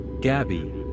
Gabby